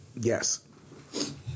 Yes